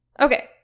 okay